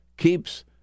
keeps